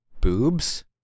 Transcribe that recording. boobs